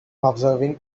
observing